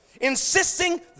Insisting